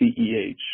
Ceh